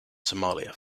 somalia